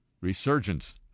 resurgence